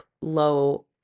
low